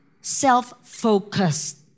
self-focused